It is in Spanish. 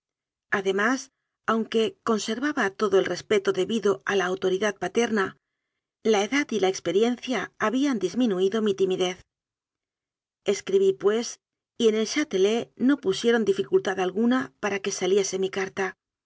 además aunque con servaba todo el respeto debido a la autoridad pa terna la edad y la experiencia habían disminuido mi timidez escribí pues y en el chátelet no pu sieron dificultad alguna para que saliese mi carta